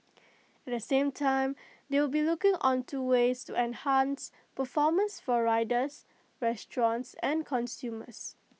at the same time they will be looking onto ways to enhance performance for riders restaurants and consumers